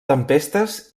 tempestes